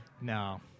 No